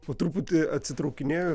po truputį atsitraukinėju